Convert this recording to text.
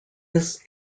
this